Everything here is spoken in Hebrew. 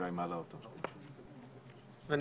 אני